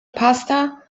pasta